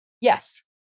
Yes